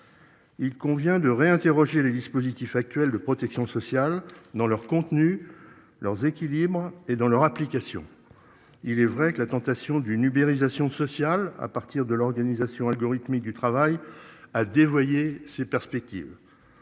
Il convient de réinterroger le dispositif actuel de protection sociale dans leur contenu. Leurs équilibres et dans leur application. Il est vrai que la tentation d'une uberisation sociale à partir de l'organisation algorithmique du travail à dévoyé ces perspectives.